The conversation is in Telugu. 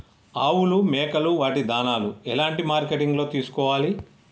ఆవులు మేకలు వాటి దాణాలు ఎలాంటి మార్కెటింగ్ లో తీసుకోవాలి?